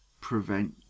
prevent